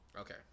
Okay